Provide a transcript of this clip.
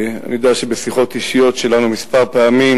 אני יודע שבשיחות אישיות שלנו כמה פעמים